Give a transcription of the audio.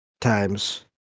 times